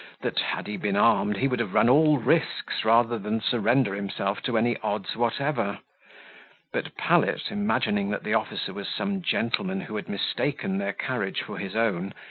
that, had he been armed, he would have run all risks rather than surrender himself to any odds whatever but pallet, imagining that the officer was some gentleman who had mistaken their carriage for his own,